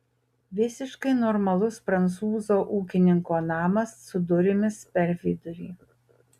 visiškai normalus prancūzo ūkininko namas su durimis per vidurį